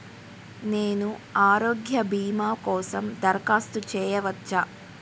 నేను ఆరోగ్య భీమా కోసం దరఖాస్తు చేయవచ్చా?